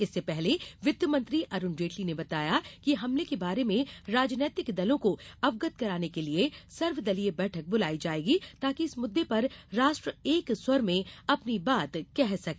इससे पहले वित्त मंत्री अरुण जेटली ने बताया कि हमले के बारे में राजनीतिक दलों को अवगत कराने के लिए सर्वदलीय बैठक बुलाई जाएगी ताकि इस मुद्दे पर राष्ट्र एक स्वर में अपनी बात कह सके